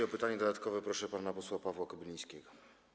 O pytanie dodatkowe proszę pana posła Pawła Kobylińskiego.